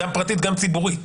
גם פרטית וגם ציבורית.